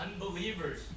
Unbelievers